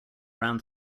ram